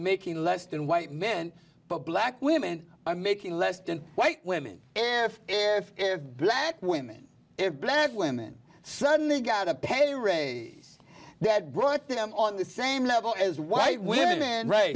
making less than white men but black women are making less than white women if if if black women if black women suddenly got a pay raise that brought them on the same level as white women and